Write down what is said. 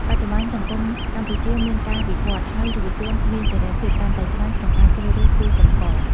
បច្ចុប្បន្នសង្គមកម្ពុជាមានការវិវត្តន៍ ហើយយុវជនមានសេរីភាពកាន់តែច្រើនក្នុងការជ្រើសរើសគូស្រករ។